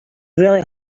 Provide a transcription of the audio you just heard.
really